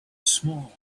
small